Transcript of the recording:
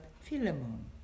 Philemon